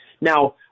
Now